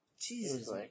Jesus